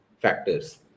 factors